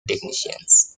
technicians